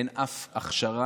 אין אף הכשרה.